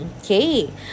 Okay